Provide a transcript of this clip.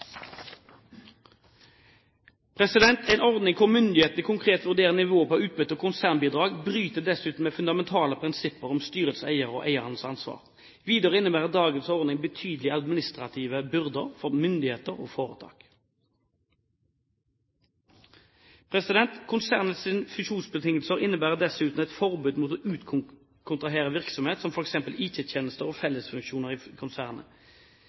En ordning hvor myndigheten konkret vurderer nivået på utbytte og konsernbidrag, bryter dessuten med fundamentale prinsipper om styrets og eiernes ansvar. Videre innebærer dagens ordning betydelige administrative byrder for myndigheter og foretaket. Konsernets fusjonsbetingelser innebærer dessuten et forbud mot å utkontraktere virksomhet, som f.eks. IT-tjenester og fellesfunksjoner i konsernet.